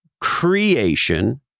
creation